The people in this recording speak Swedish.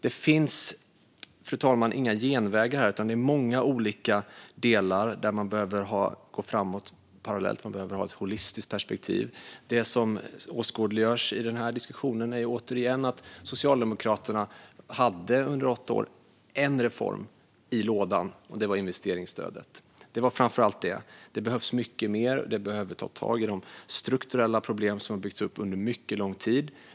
Det finns, fru talman, inga genvägar här. Det handlar om många olika delar där man behöver gå framåt parallellt; man behöver ha ett holistiskt perspektiv. Det som åskådliggörs i denna diskussion är, återigen, att Socialdemokraterna under åtta år hade en reform i lådan, nämligen investeringsstödet. Det var framför allt det. Det behövs mycket mer. Vi behöver ta tag i de strukturella problem som har byggts upp under mycket lång tid.